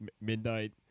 midnight